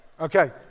Okay